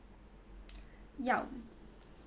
ya